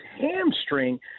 hamstring